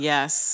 Yes